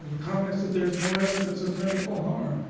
the comments that there's no evidence of medical harm.